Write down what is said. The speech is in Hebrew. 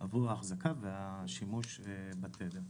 עבור האחזקה ועבור השימוש בתדר.